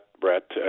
Brett